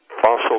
fossil